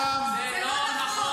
מה אותם --- זה לא נכון.